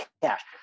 cash